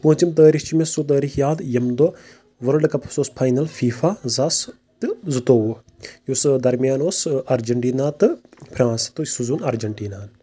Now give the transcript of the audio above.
تہٕ پوٗژِم تٲریٖخ چھُ مےٚ سُہ تٲریٖخ یاد ییٚمہِ دۄہ ورلڑٕ کَپَس اوس فاینَل فِیٖفا زٕ ساس تہٕ زٕ تووُہ یُس درمیان اوس ارجنٹینا تہٕ فرانس تہٕ سُہ زیوٗن ارجنٹیناہَن